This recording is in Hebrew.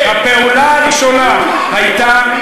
הייתה,